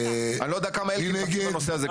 אני לא יודע כמה אלקין בקי בנושא הזה.